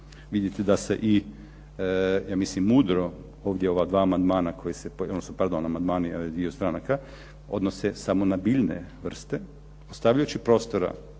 Vidite da se i mudro ova dva amandmana koja se, odnosno amandmani dviju stranaka, odnose samo na biljne vrste, ostavljajući prostora